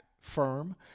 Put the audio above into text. firm